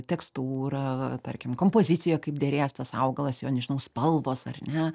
tekstūra tarkim kompozicijoje kaip derės tas augalas jo nežinau spalvos ar ne